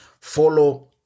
follow